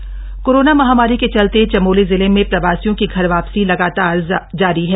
प्रवासी आवाजाही कोरोना महामारी के चलते चमोली जिले में प्रवासियों की घर वापसी लगातार जारी है